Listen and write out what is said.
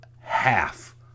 half